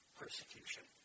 persecution